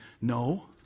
No